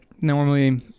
normally